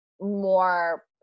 more